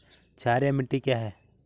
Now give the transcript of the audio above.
क्षारीय मिट्टी क्या है?